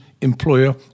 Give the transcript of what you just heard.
employer